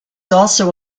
also